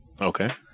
Okay